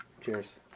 Cheers